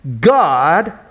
God